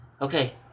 Okay